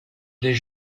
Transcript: des